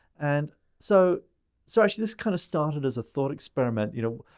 and so so actually, this kind of started as a thought experiment. you know,